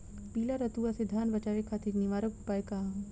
पीला रतुआ से धान बचावे खातिर निवारक उपाय का ह?